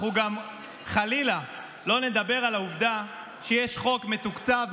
אנחנו גם חלילה לא נדבר על העובדה שיש חוק מתוקצב,